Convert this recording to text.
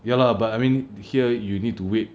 ya lah but I mean here you need to wait